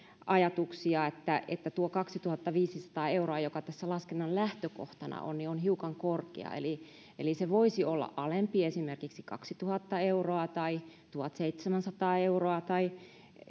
ajatuksia että että tuo kaksituhattaviisisataa euroa joka tässä laskennan lähtökohtana on on hiukan korkea eli eli se voisi olla alempi esimerkiksi kaksituhatta euroa tai tuhatseitsemänsataa euroa tai